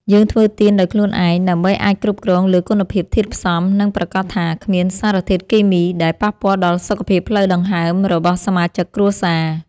យើងធ្វើទៀនដោយខ្លួនឯងដើម្បីអាចគ្រប់គ្រងលើគុណភាពធាតុផ្សំ និងប្រាកដថាគ្មានសារធាតុគីមីដែលប៉ះពាល់ដល់សុខភាពផ្លូវដង្ហើមរបស់សមាជិកគ្រួសារ។